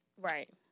right